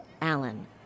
Allen